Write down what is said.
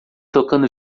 tocando